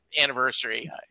anniversary